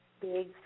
big